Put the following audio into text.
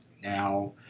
Now